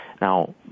Now